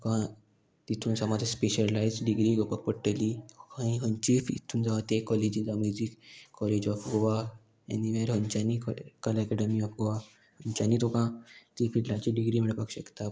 तुका तितून समज स्पेशलायज्ड डिग्री घेवपाक पडटली खंय खंयची हितून जावं ते कॉलेजीन जावं music college of Goa anywhere खंयच्यांनी कला एकेडॅमी ऑफ गोवा खंयच्यांनी तुका ती फिल्डाची डिग्री मेळपाक शकता